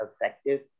effective